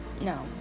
no